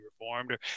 reformed